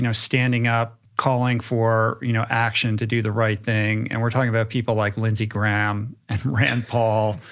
you know standing up calling for you know action to do the right thing, and we're talking about people like lindsey graham and rand paul,